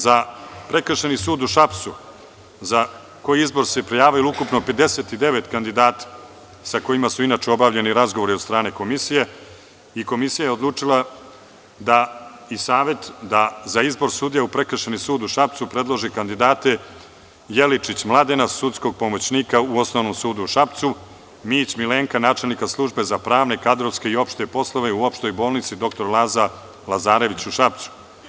Za Prekršajni sud u Šapcu, za koji izbor se prijavilo ukupno 59 kandidata sa kojima su inače obavljeni razgovori od strane komisije i komisija je odlučila da i Savet za izbor sudija u Prekršajni sud u Šapcu predloži kandidate: Jeličić Mladena, sudskog pomoćnika u Osnovnom sudu u Šapcu, Mijić Milenka, načelnika Službe za pravne, kadrovske i opšte poslove u Opštoj bolnici „Dr Laza Lazarević“ u Šapcu.